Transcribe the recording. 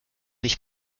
ich